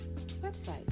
website